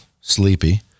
sleepy